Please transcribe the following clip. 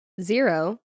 zero